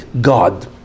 God